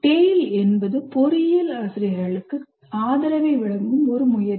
TALE என்பது பொறியியல் ஆசிரியர்களுக்கு ஆதரவை வழங்கும் ஒரு முயற்சி